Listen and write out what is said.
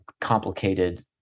complicated